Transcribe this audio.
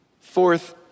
Fourth